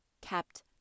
kept